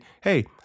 hey